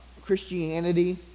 Christianity